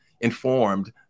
informed